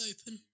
Open